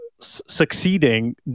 succeeding